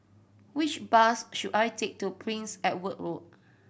which bus should I take to Prince Edward Road